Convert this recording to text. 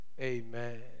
Amen